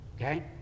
okay